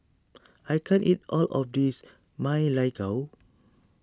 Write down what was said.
I can't eat all of this Ma Lai Gao